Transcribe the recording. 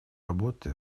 работу